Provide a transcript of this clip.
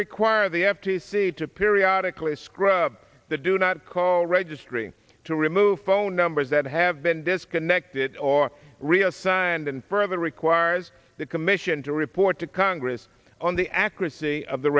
require the f t c to periodical a scrub the do not call registry to remove phone numbers that have been disconnected or reassigned and further requires the commission to report to congress on the accuracy of the